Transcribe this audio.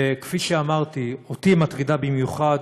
כפי שאמרתי, אותי מטרידה במיוחד